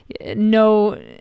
no